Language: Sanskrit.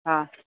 हा